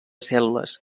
cèl·lules